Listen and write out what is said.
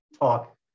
talk